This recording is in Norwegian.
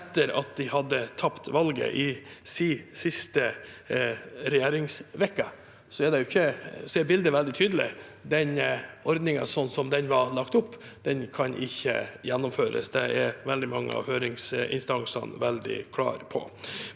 etter at de hadde tapt valget, er bildet veldig tydelig: Ordningen sånn som den var lagt opp, kan ikke gjennomføres. Det er veldig mange av høringsinstansene veldig klare på.